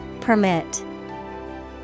Permit